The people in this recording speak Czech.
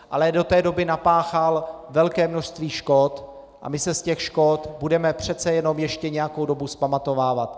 Ale do té doby napáchal velké množství škod a my se z těch škod budeme přece jenom ještě nějakou dobu vzpamatovávat.